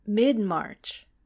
mid-march